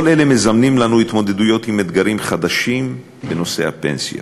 כל אלה מזמנים לנו התמודדויות עם אתגרים חדשים בנושא הפנסיה.